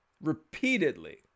repeatedly